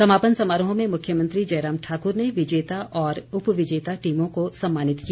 समापन समारोह में मुख्यमंत्री जयराम ठाकुर ने विजेता और उपविजेता टीमों को सम्मानित किया